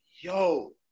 yo